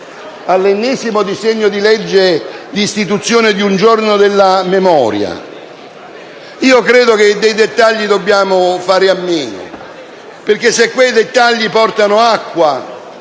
all'ennesimo disegno di legge di istituzione di un giorno della memoria, credo che dei dettagli dobbiamo fare a meno, perché se quei dettagli portano acqua